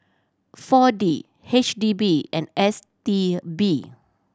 Four D H D B and S T B